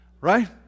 right